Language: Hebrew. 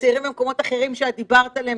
וצעירים ממקומות אחרים שאת דיברת עליהם,